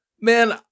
Man